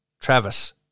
Travis